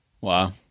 Wow